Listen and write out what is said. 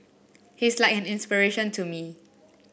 he's like an inspiration to me